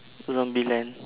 zombieland